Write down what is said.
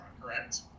Correct